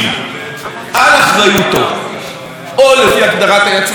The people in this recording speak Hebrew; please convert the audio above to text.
או לפי הגדרת היצרן או לפי בדיקה של מכון תקנים או מעבדה בחו"ל.